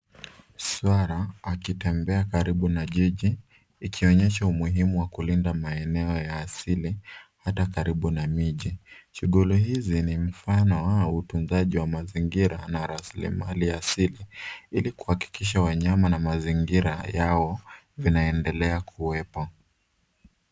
Swala akitembea karibu na jiji ikionyesha umuhimu wa kulinda maeneo ya asili hata karibu na miji. Shughuli hizi ni mfano wa utunzaji wa mazingira na rasilimali asili ili kuhakikisha wanyama na mazingira yao vinaendelea kuwepo.